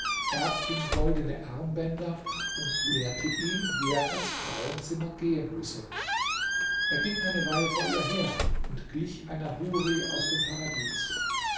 gab ihm goldene armbänder und lehrte ihn wie er als frauenzimmer gehen müsse er ging eine weile vor ihr her und glich einer huri aus dem paradies